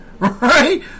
Right